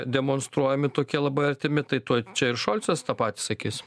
demonstruojami tokie labai artimi tai tuoj čia ir šolcas tą patį sakys